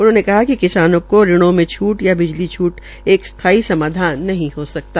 उन्होंने कहा कि किसानों को ऋणों में छूट या बिजली छूट एक स्थायी समाधन नहीं हो सकता